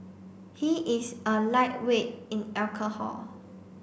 he is a lightweight in alcohol